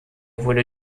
wurde